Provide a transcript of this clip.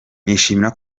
nishimira